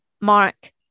mark